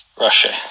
Russia